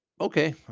okay